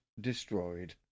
destroyed